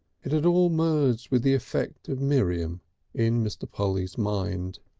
it it all merged with the effect of miriam in mr. polly's mind.